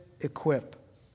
equip